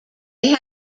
they